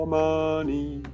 money